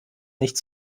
nicht